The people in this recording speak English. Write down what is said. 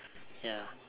ya